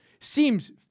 seems